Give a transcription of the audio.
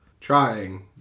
trying